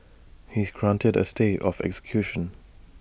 he is granted A stay of execution